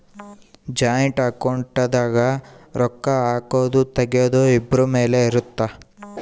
joint account ದಾಗ ರೊಕ್ಕ ಹಾಕೊದು ತೆಗಿಯೊದು ಇಬ್ರು ಮೇಲೆ ಇರುತ್ತ